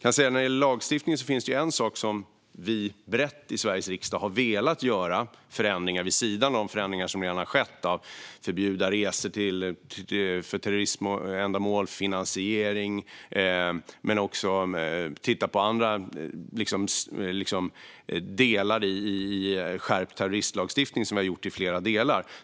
När det gäller lagstiftning finns det en sak som vi brett i Sveriges riksdag har velat göra vid sidan om de förändringar som redan har skett, till exempel när det gäller att förbjuda resor för terrorismändamål och finansiering av terrorism samt att titta på andra delar av en skärpt terrorismlagstiftning, vilket vi har gjort i flera delar.